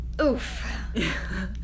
oof